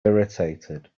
irritated